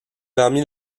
parmi